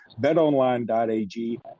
betonline.ag